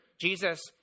Jesus